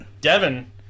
Devin